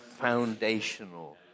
foundational